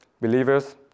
Believers